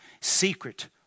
secret